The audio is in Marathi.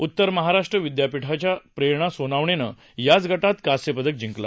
उत्तर महाराष्ट्र विद्यापीठाच्या प्रेरणा सोनावणेनं याच गटात कांस्य पदक जिंकलं